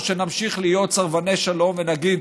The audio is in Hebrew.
או שנמשיך להיות סרבני שלום ונגיד: